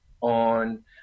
on